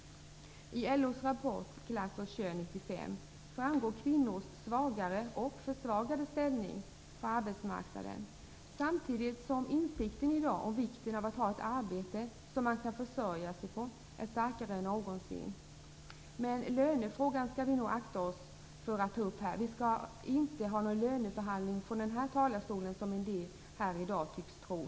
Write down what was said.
I LO:s rapport Klass och kön 1995 framgår kvinnors svagare och försvagade ställning på arbetsmarknaden. Samtidigt som insikten om vikten av att ha ett arbete som man kan försörja sig på i dag är starkare än någonsin. Men lönefrågan skall vi nog akta oss för att ta upp här. Vi skall inte ha någon löneförhandling från den här talarstolen, som en del här i dag tycks tro.